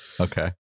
Okay